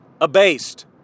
Abased